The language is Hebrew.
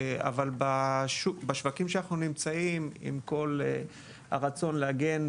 אבל בשווקים שאנחנו נמצאים, עם כל הרצון להגן,